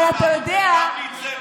את הכי סמרטוט שיש.